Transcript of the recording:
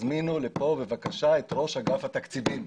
תזמינו לפה, בבקשה, את ראש אגף התקציבים.